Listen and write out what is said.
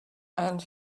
and